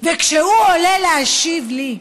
וכשהוא עולה להשיב לי,